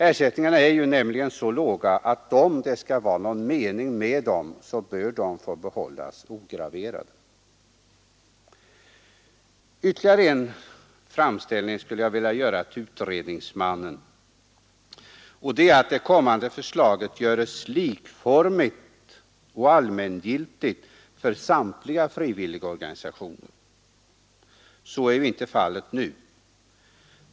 Ersättningarna är nämligen så låga att om det skall vara någon mening med dem bör de få behållas ograverade. Ytterligare en framställning skulle jag vilja göra till utredningsmannen. Det är att det kommande förslaget görs likformigt och allmängiltigt för samtliga frivilliga organisationer. Så är inte fallet nu.